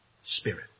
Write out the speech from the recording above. Spirit